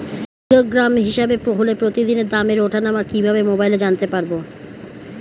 Kilogram হিসাবে হলে প্রতিদিনের দামের ওঠানামা কিভাবে মোবাইলে জানতে পারবো?